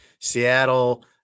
Seattle